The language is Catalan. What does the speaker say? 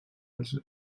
els